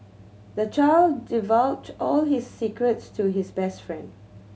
the child divulged all his secrets to his best friend